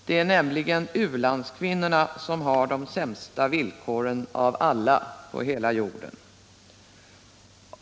Det är nämligen u-landskvinnorna som har de sämsta villkoren av alla på hela jorden.